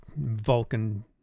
Vulcan